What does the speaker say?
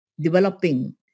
developing